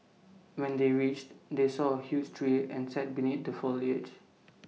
when they reached they saw A huge tree and sat beneath the foliage